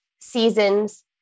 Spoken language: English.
seasons